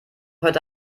heute